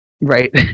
right